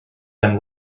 them